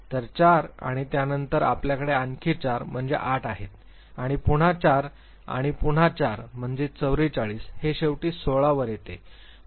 तर 4 आणि त्यानंतर आपल्याकडे आणखी 4 म्हणजे 8 आहेत आणि पुन्हा 4 आणि पुन्हा 4 म्हणजे 44 हे शेवटी 16 वर येते